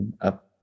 Up